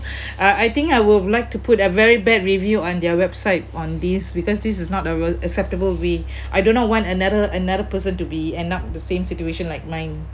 uh I think I would like to put a very bad review on their website on this because this is not a real acceptable we I do not want another another person to be end up the same situation like mine